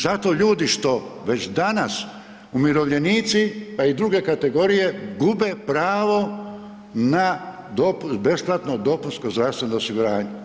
Zato, ljudi, što već danas umirovljenici, a i druge kategorije gube pravo na besplatno dopunsko zdravstveno osiguranje.